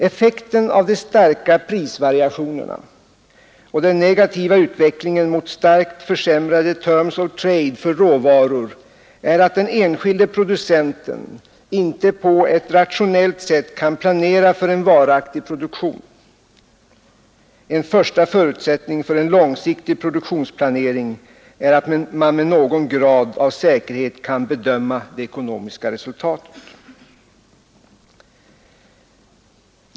Effekten av de starka prisvariationerna och den negativa utvecklingen mot starkt försämrade terms of trade för råvaror är att den enskilde producenten inte på ett rationellt sätt kan planera för en varaktig produktion. En första förutsättning för en långsiktig produktionsplanering är att man med någon grad av säkerhet kan bedöma det ekonomiska resultatet.